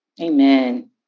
Amen